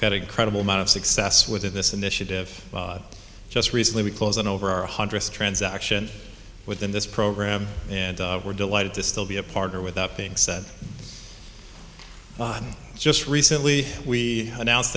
get incredible amount of success with this initiative just recently we close in over a hundred transaction within this program and we're delighted to still be a partner with that being said just recently we announced